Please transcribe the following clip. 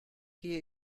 gehe